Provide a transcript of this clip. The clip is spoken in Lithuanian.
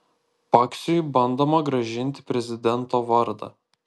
paksiui bandoma grąžinti prezidento vardą